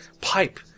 pipe